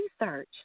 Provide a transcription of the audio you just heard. research